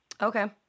Okay